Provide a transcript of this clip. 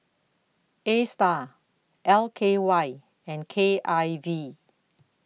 ASTAR L K Y and K I V